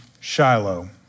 Shiloh